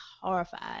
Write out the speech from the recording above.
horrified